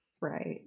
Right